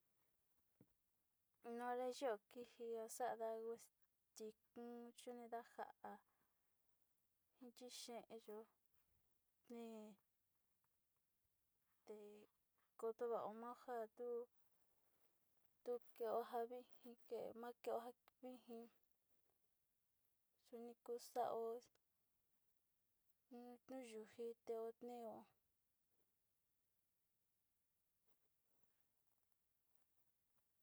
Nonre yó nikia xanda'a exkuixtinio yunindanja nichi xhen yo'ó netekoto va'a oma'a onjatu tunjeo njaví njikenma'a keo njani njin yuni kuu xao oxuniojite ndeoneo.